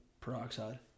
Peroxide